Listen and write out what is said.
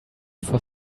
for